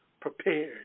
prepared